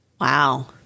Wow